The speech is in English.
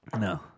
No